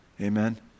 amen